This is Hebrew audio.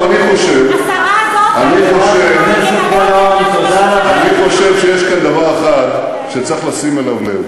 אני חושב, השרה הזאת היא עלה התאנה של הממשלה שלך.